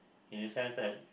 in the sense that